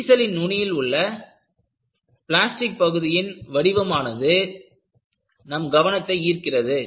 விரிசலின் நுனியில் உள்ள பிளாஸ்டிக் பகுதியின் வடிவமானது நம் கவனத்தை ஈர்க்கிறது